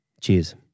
Cheers